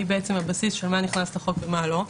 היא הבסיס של מה נכנס לחוק ומה לא.